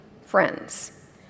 friends